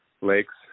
Lakes